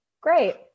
great